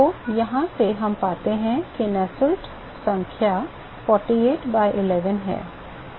तो यहाँ से हम पाते हैं कि नुसेल्ट संख्या 48 by 11 है